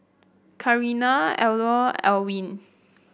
Karina Elnora Ewin